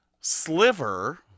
Sliver